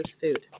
food